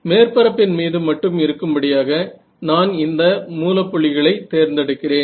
மேற்பரப்பின் மீது மட்டும் இருக்கும்படியாக நான் இந்த மூல புள்ளிகளை தேர்ந்தெடுக்கிறேன்